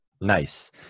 Nice